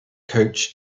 coach